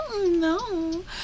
no